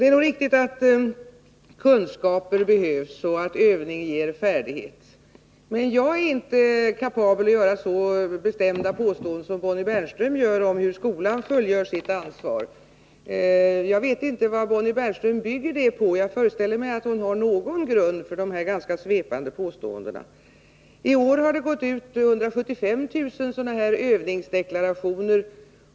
Det är nog riktigt att kunskaper behövs och att övning ger färdighet. Men 45 jag är inte kapabel att göra så bestämda påståenden som Bonnie Bernström gör om hur skolan fullgör sitt ansvar. Jag vet inte vad Bonnie Bernström bygger det på, men jag föreställer mig att hon har någon grund för dessa ganska svepande påståenden. I år har det gått ut 175 000 övningsdeklarationer.